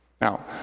Now